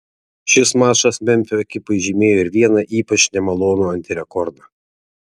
šis mačas memfio ekipai žymėjo ir vieną ypač nemalonų antirekordą